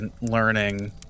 learning